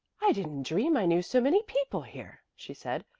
i didn't dream i knew so many people here, she said.